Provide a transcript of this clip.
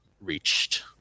reached